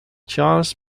charles